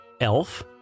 elf